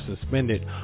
suspended